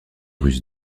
ruse